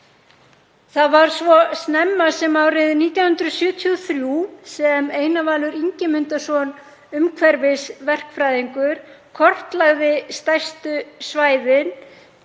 Það var svo snemma sem árið 1973 sem Einar Valur Ingimundarson umhverfisverkfræðingur kortlagði stærstu svæðin